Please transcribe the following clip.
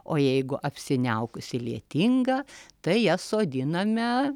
o jeigu apsiniaukusi lietinga tai jas sodiname